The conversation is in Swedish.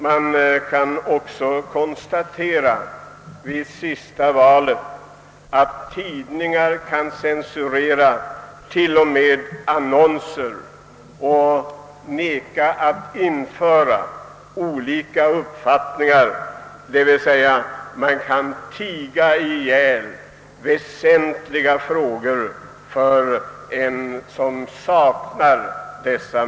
Man kunde i samband med det senaste valet konstatera att tidningar kan censurera t.o.m. annonser och neka att införa uttryck för olika uppfattningar. Man kan alltså tiga ihjäl den som har avvikande uppfattning i en väsentlig fråga.